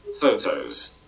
Photos